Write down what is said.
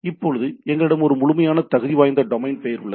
இப்போது எங்களிடம் ஒரு முழுமையான தகுதி வாய்ந்த டொமைன் பெயர் உள்ளது